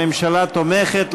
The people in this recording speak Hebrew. הממשלה תומכת,